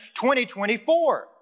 2024